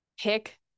pick